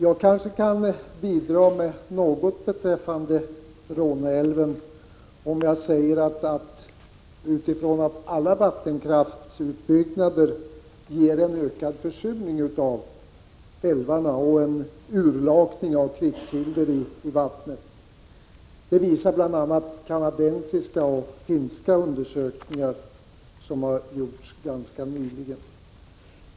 Jag kanske kan bidra med något beträffande Råneälven, om jag säger att alla vattenkraftsutbyggnader ger en ökad försurning av älvarna och en urlakning av kvicksilver i vattnet. Det visar bl.a. kanadensiska och finska undersökningar som har gjorts ganska nyligen.